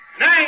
Nine